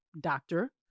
Doctor